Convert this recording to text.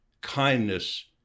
kindness